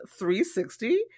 360